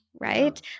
right